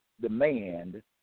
demand